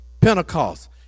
Pentecost